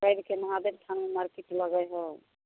रविके महादेव थानमे मार्केट लगै हय